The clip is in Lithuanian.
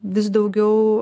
vis daugiau